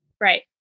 Right